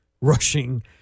rushing